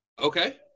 Okay